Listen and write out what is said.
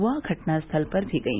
वह घटनास्थल पर भी गई